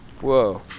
whoa